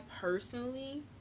personally